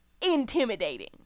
intimidating